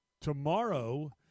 tomorrow